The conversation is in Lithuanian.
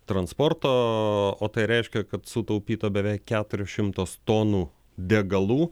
transporto o tai reiškia kad sutaupyta beveik keturios šimtos tonų degalų